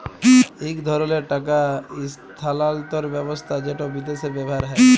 ইক ধরলের টাকা ইস্থালাল্তর ব্যবস্থা যেট বিদেশে ব্যাভার হ্যয়